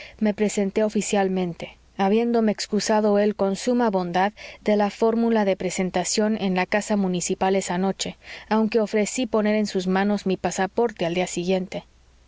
me presenté oficialmente habiéndome excusado él con suma bondad de la fórmula de presentación en la casa municipal esa noche aunque ofrecí poner en sus manos mi pasaporte al día siguiente